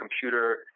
computer